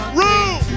room